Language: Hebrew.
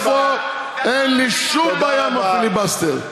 אין לי שום בעיה עם הפיליבסטר.